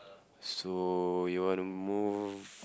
so you wanna move